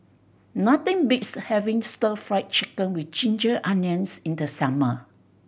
nothing beats having Stir Fry Chicken with ginger onions in the summer